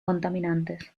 contaminantes